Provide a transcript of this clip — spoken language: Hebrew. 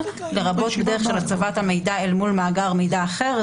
לרבות בדרך של הצבת המידע אל מול מאגר מידע אחר,